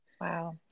Wow